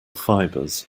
fibres